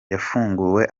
yafunguwe